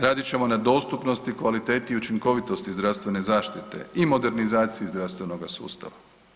Radit ćemo na dostupnosti, kvaliteti i učinkovitosti zdravstvene zaštite i modernizaciji zdravstvenoga sustava.